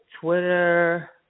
Twitter